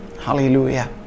hallelujah